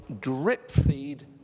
drip-feed